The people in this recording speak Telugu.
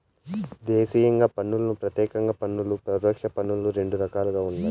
దేశీయంగా పన్నులను ప్రత్యేక పన్నులు, పరోక్ష పన్నులని రెండు రకాలుండాయి